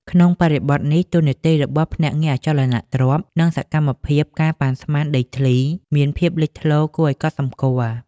ក្នុងបរិបទនេះ តួនាទីរបស់ ភ្នាក់ងារអចលនទ្រព្យ និងសកម្មភាព ការប៉ាន់ស្មាន ដីធ្លី មានភាពលេចធ្លោគួរឲ្យកត់សម្គាល់។